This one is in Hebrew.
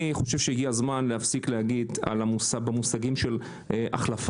אני חושב שהגיע הזמן להפסיק להשתמש במושגים של החלפה.